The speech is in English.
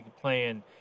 playing